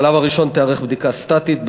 בשלב הראשון תיערך בדיקה סטטית,